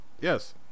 yes